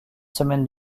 semaines